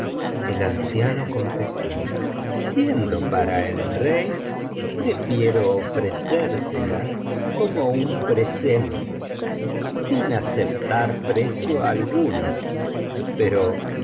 el anciano contestó siendo para el rey prefiero ofrecérsela como un biblioteca valenciana generalitat valenciana historia de dulce amiga presente sin aceptar precio alguno pero oh